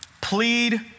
plead